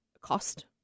cost